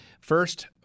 First